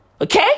Okay